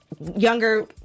younger